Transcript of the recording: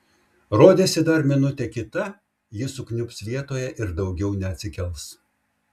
rodėsi dar minutė kita ji sukniubs vietoje ir daugiau neatsikels